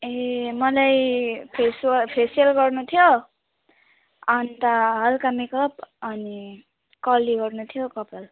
ए मलाई फेसवा फेसियल गर्नुथियो अनि त हल्का मेकअप अनि कर्ली गर्नुथियो कपाल